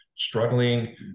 struggling